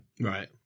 right